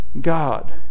God